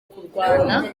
kurwana